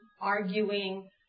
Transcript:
arguing